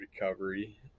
recovery